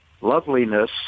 loveliness